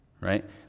right